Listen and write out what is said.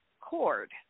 cord